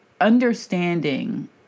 understanding